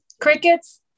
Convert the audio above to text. crickets